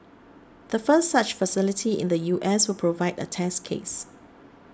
the first such facility in the U S will provide a test case